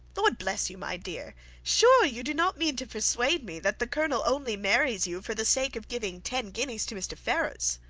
lord bless you, my dear sure you do not mean to persuade me that the colonel only marries you for the sake of giving ten guineas to mr. ferrars!